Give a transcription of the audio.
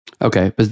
Okay